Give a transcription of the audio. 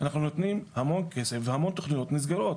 אנחנו נותנים המון כסף והמון תוכניות נסגרות,